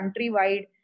countrywide